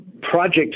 project